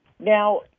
Now